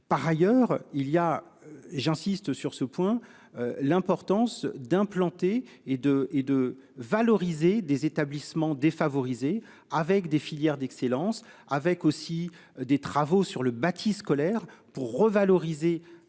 Par ailleurs, il y a, j'insiste sur ce point l'importance d'implanter et de et de valoriser des établissements défavorisés avec des filières d'excellence avec aussi des travaux sur le bâti scolaire, pour revaloriser